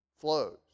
flows